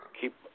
keep